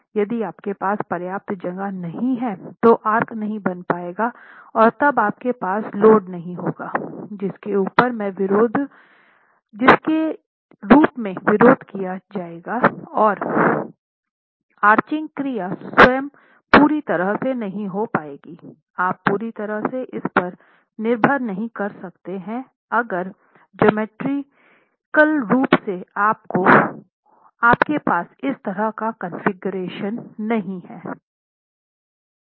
यदि आपके पास पर्याप्त जगह नहीं है तो आर्क नहीं बन पायेगाऔर तब आपके पास लोड नहीं होगा जिसके रूप में विरोध किया जाएगा और आर्चिंग क्रिया स्वयं पूरी तरह से नहीं हो पायेगी आप पूरी तरह से इसपर निर्भर नहीं रह सकते है अगर ज्यामितीय रूप से आपके पास इस तरह का कॉन्फ़िगरेशन नहीं है